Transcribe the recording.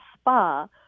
spa